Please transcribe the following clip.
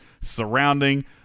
surrounding